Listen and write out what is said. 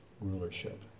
rulership